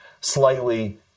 slightly